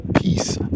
peace